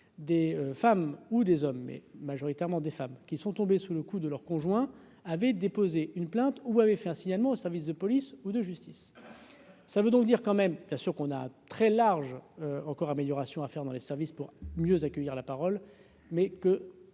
des femmes ou des hommes, mais majoritairement des femmes qui sont tombés sous le coup de leur conjoint avait déposé une plainte ou vous avez fait un signalement aux services de police ou de justice ça veut donc dire quand même, bien sûr qu'on a très large encore amélioration à faire dans les services pour mieux accueillir la parole mais que